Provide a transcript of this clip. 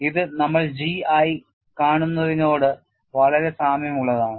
ഇത് നമ്മൾ G ആയി കാണുന്നതിനോട് വളരെ സാമ്യമുള്ളതാണ്